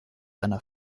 einer